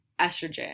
estrogen